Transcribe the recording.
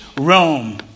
Rome